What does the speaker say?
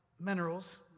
minerals